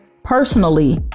personally